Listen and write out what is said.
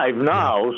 now